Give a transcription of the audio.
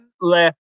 left